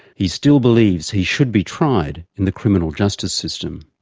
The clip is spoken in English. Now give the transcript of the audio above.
he still believes he should be tried in the criminal justice system.